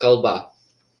kalba